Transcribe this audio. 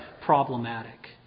problematic